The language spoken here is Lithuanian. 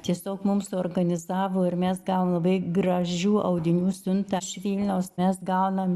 tiesiog mum suorganizavo ir mes gavom labai gražių audinių siuntą iš vilniaus mes gaunam